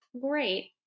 Great